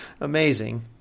amazing